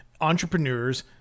entrepreneurs